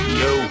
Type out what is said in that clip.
yo